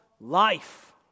life